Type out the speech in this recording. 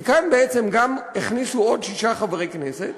כי כאן גם הכניסו עוד שישה חברי כנסת,